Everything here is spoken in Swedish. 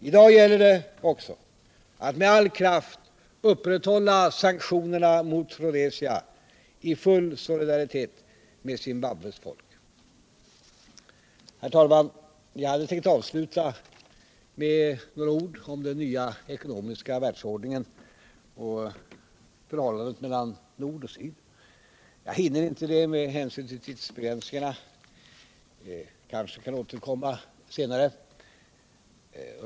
I dag gäller det att med all kraft upprätthålla sanktionerna mot Rhodesia i full solidaritet med Zimbabwes folk. Herr talman! Jag hade tänkt avsluta anförandet med några ord om en ny ekonomisk världsordning och förhållandet mellan nord och syd. Jag hinner inte det nu med hänsyn till tidsbegränsningen, men jag kanske kan återkomma senare.